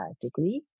degree